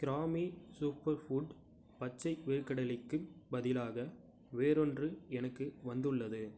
கிராமி super food பச்சை வேர்க்கடலைக்குப் பதிலாக வேறொன்று எனக்கு வந்துள்ளது